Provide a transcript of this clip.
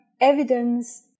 evidence